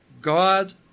God